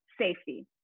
safety